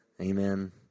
Amen